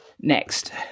Next